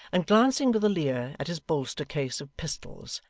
and glancing with a leer at his holster case of pistols,